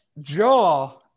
Jaw